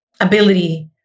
ability